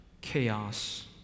chaos